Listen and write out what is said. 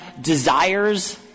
desires